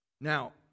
Now